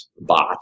bot